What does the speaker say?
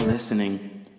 Listening